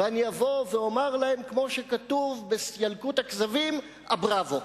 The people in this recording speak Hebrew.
ואני אבוא ואומר להם כמו שכתוב ב"ילקוט הכזבים" "אבראבו".